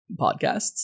podcasts